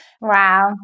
Wow